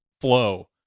flow